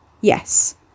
Yes